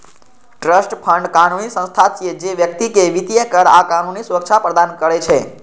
trust fund कानूनी संस्था छियै, जे व्यक्ति कें वित्तीय, कर आ कानूनी सुरक्षा प्रदान करै छै